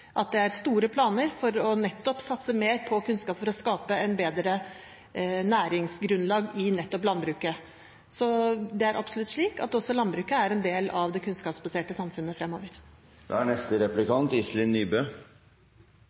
at det er store planer for nettopp å satse mer på kunnskap for å skape et bedre næringsgrunnlag i landbruket. Så det er absolutt slik at også landbruket er en del av det kunnskapsbaserte samfunnet fremover. Jeg har forstått budsjettet sånn at de nye plassene som er